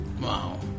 Wow